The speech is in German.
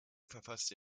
verfasste